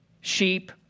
sheep